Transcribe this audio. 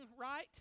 right